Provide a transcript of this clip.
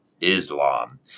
Islam